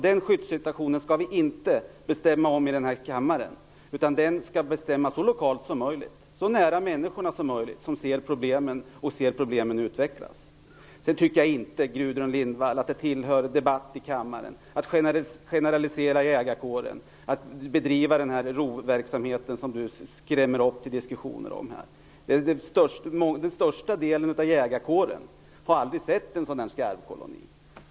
Den skyddssituationen skall vi inte bestämma om här i kammaren, utan den skall man bestämma om så lokalt som möjligt, så nära de människor som ser problemen och ser dem utvecklas som möjligt. Jag tycker vidare inte, Gudrun Lindvall, att det hör hemma i en debatt i kammaren att generalisera när det gäller jägarkåren och att skrämmas om en rovverksamhet på det sätt som Gudrun Lindvall gör. Största delen av jägarkåren har aldrig sett en skarvkoloni.